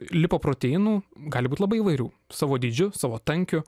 lipoproteinų gali būti labai įvairių savo dydžiu savo tankiu